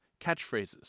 catchphrases